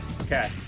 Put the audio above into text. Okay